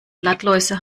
blattläuse